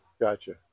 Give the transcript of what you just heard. Gotcha